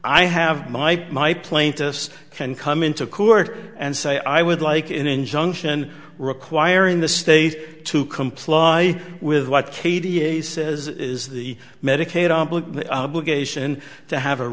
i have my my plaintiffs can come into court and say i would like an injunction requiring the state to comply with what k d a says is the medicaid to have a